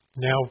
now